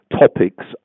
topics